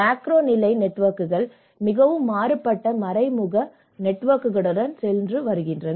macro நிலை நெட்வொர்க்குகள் மிகவும் மாறுபட்ட மறைமுக நெட்வொர்க்குகளுடன் சேர்ந்து செல்லுங்கள்